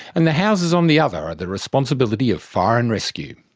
and the houses on the other are the responsibility of fire and rescue.